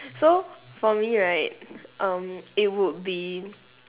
so for me right um it would be